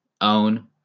own